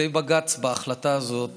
שופטי בג"ץ בהחלטה הזאת